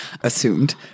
assumed